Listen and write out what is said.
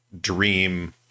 dream